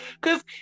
Cause